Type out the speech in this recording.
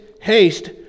haste